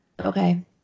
Okay